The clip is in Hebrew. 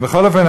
בכל אופן,